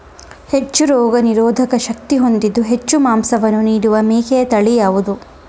ಹೆಚ್ಚು ರೋಗನಿರೋಧಕ ಶಕ್ತಿ ಹೊಂದಿದ್ದು ಹೆಚ್ಚು ಮಾಂಸವನ್ನು ನೀಡುವ ಮೇಕೆಯ ತಳಿ ಯಾವುದು?